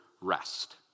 rest